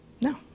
No